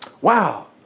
Wow